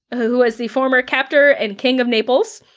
who was the former captor and king of naples,